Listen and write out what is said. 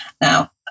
Now